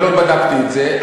אני לא בדקתי את זה,